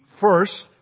first